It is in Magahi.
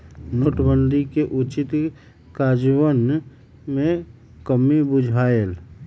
नोटबन्दि के उचित काजन्वयन में कम्मि बुझायल